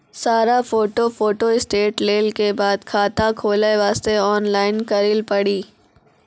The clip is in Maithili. सारा फोटो फोटोस्टेट लेल के बाद खाता खोले वास्ते ऑनलाइन करिल पड़ी?